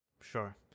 Sure